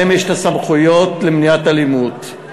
יש להם סמכויות למניעת אלימות.